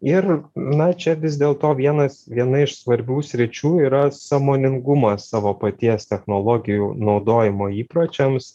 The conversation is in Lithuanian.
ir na čia vis dėlto vienas viena iš svarbių sričių yra sąmoningumas savo paties technologijų naudojimo įpročiams